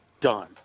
done